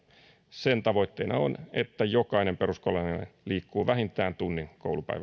sen tavoitteena on että jokainen peruskoululainen liikkuu vähintään tunnin koulupäivän aikana kokeilua